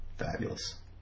Fabulous